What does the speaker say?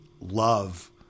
love